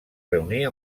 reunir